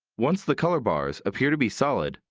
once the color bars appear to be solid,